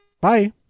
bye